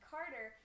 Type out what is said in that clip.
Carter